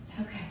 Okay